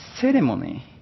ceremony